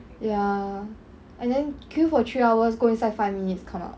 ya and then queue for three hours go inside five minutes come out